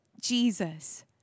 Jesus